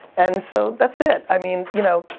and so, that's it. i mean, you know,